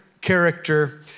character